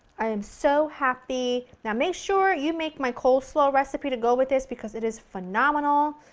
i am so happy. now, make sure you make my coleslaw recipe to go with this because it is phenomenal.